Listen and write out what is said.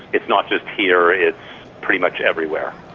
it's not just here, it's pretty much everywhere.